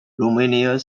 romania